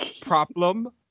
Problem